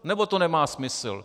Nebo to nemá smysl?